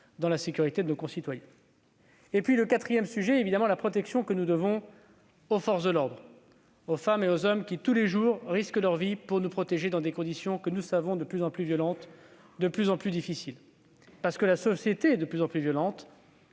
à la sécurité de nos concitoyens. Le quatrième sujet est la protection que nous devons aux forces de l'ordre, aux femmes et aux hommes qui, tous les jours, risquent leur vie pour nous protéger dans des conditions que nous savons de plus en plus violentes et difficiles, parce que la société est de plus en plus violente